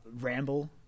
ramble